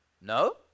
No